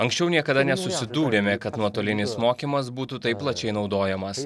anksčiau niekada nesusidūrėme kad nuotolinis mokymas būtų taip plačiai naudojamas